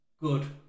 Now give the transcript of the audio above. good